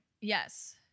Yes